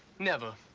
never.